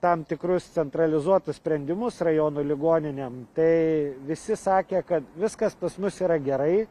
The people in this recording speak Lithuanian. tam tikrus centralizuotus sprendimus rajonų ligoninėm tai visi sakė kad viskas pas mus yra gerai